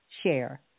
share